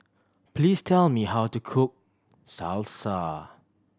please tell me how to cook Salsa